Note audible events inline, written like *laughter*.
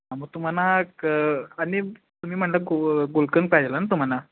हा मग तुम्हाला क आणि तुम्ही म्हणलं गु गुलकंद *unintelligible* तुम्हाला